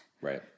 Right